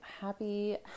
happy